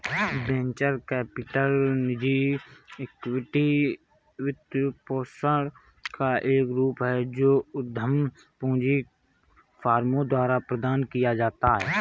venture capital निजी equity वित्तपोषण का एक रूप है जो उद्यम पूंजी फर्मों द्वारा प्रदान किया जाता है